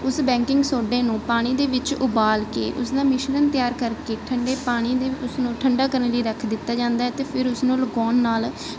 ਉਸ ਬੈਂਕਿੰਗ ਸੋਡੇ ਨੂੰ ਪਾਣੀ ਦੇ ਵਿੱਚ ਉਬਾਲ ਕੇ ਉਸਦਾ ਮਿਸ਼ਰਣ ਤਿਆਰ ਕਰਕੇ ਠੰਢੇ ਪਾਣੀ ਦੇ ਵਿੱਚ ਉਸਨੂੰ ਠੰਢਾ ਕਰਨ ਲਈ ਰੱਖ ਦਿੱਤਾ ਜਾਂਦਾ ਹੈ ਅਤੇ ਫਿਰ ਉਸਨੂੰ ਲਗਾਉਣ ਨਾਲ